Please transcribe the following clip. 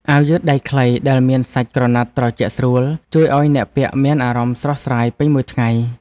អាវយឺតដៃខ្លីដែលមានសាច់ក្រណាត់ត្រជាក់ស្រួល ជួយឱ្យអ្នកពាក់មានអារម្មណ៍ស្រស់ស្រាយពេញមួយថ្ងៃ។